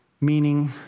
meaning